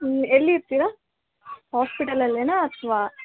ಎಲ್ಲಿ ಇರ್ತೀರಾ ಹಾಸ್ಪಿಟಲಲ್ಲೆನಾ ಅಥವಾ